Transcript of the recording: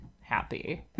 happy